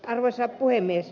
arvoisa puhemies